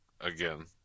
again